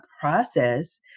process